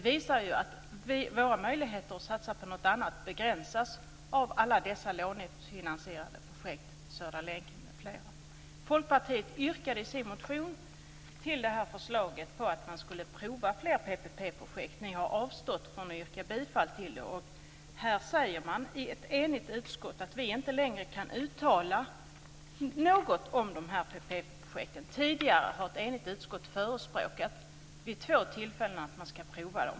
Våra möjligheter att satsa på något annat begränsas av alla dessa lånefinansierade projekt - Folkpartiet framförde ett yrkande i sin motion om att prova fler PPP-projekt, men ni har avstått från att yrka bifall till detta. Ett enigt utskott säger nu att utskottet inte längre kan uttala sig för PPP-projekten. Vid två tidigare tillfällen har ett enigt utskott förespråkat att prova dem.